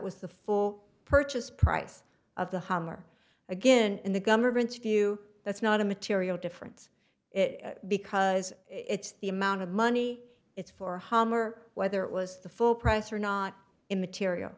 was the full purchase price of the hummer again in the government's view that's not a material difference because it's the amount of money it's for hummer whether it was the full price or not immaterial